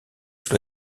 sous